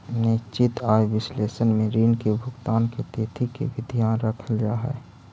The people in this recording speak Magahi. निश्चित आय विश्लेषण में ऋण के भुगतान के तिथि के भी ध्यान रखल जा हई